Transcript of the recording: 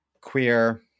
queer